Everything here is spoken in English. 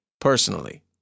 personally